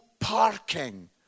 parking